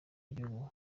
y’igihugu